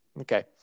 Okay